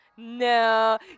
No